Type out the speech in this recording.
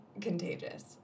contagious